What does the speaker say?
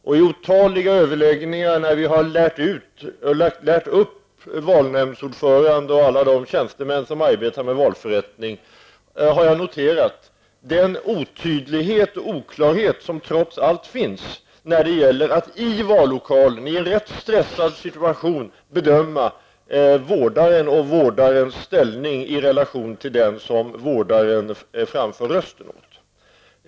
När vi otaliga gånger har lärt upp valnämndsordföranden och andra tjänstemän som arbetar med valförrättning, har jag noterat den otydlighet och oklarhet som trots allt finns när det gäller att i en vallokal, i en rätt stressad situation, bedöma vårdaren och vårdarens ställning i relation till den som vårdaren röstar åt.